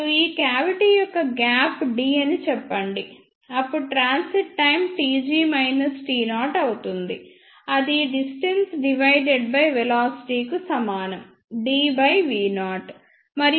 మరియు ఈ క్యావిటి యొక్క గ్యాప్ d అని చెప్పండి అప్పుడు ట్రాన్సిట్ టైమ్ tg t0 అవుతుంది అది డిస్టెన్స్ డివైడెడ్ బై వెలాసిటీ కు సమానం dv0